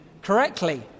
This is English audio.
Correctly